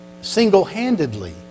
single-handedly